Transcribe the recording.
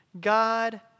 God